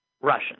Russian